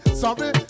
sorry